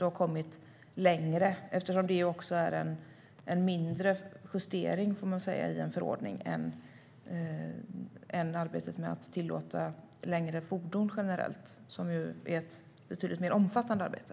Det har kommit längre eftersom det innebär en mindre justering i en förordning än vad arbetet med att tillåta längre fordon generellt gör. Det är ett betydligt mer omfattande arbete.